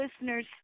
listeners